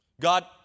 God